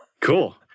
Cool